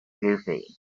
goofy